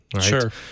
Sure